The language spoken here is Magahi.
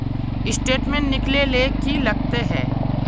स्टेटमेंट निकले ले की लगते है?